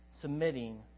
submitting